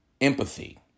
empathy